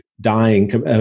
dying